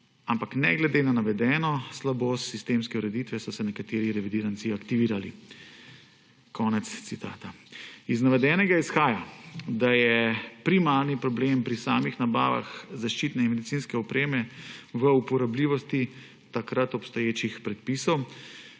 Ampak ne glede na navedeno slabost sistemske ureditve, so se nekateri revidiranci aktivirali.« Konec citata. Iz navedenega izhaja, da je primarni problem pri samih nabavah zaščitne in medicinske opreme v uporabljivosti takrat obstoječih predpisov,